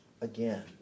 again